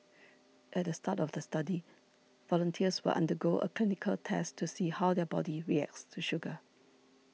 at the start of the study volunteers will undergo a clinical test to see how their body reacts to sugar